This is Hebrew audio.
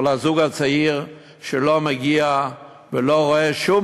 או לזוג הצעיר שלא מגיע ולא רואה שום